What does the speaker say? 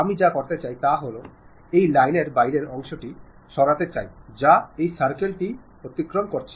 আমি যা করতে চাই তা হল আমি এই লাইনের বাইরের অংশটি সরাতে চাই যা এই সার্কেল টি অতিক্রম করছে